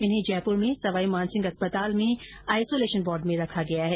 इन्हें जयपुर में सवाई मान सिंह अस्पताल में आइसोलेशन वार्ड में रखा गया है